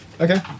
Okay